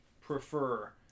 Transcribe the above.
prefer